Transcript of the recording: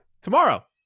tomorrow